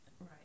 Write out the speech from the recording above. Right